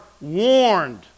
warned